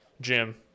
Jim